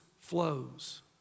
flows